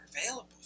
available